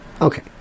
Okay